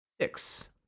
six